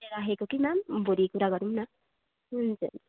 मैले राखेको कि म्याम भोलि कुरा गरौँ न हुन्छ हुन्छ